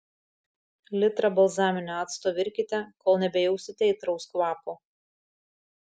litrą balzaminio acto virkite kol nebejausite aitraus kvapo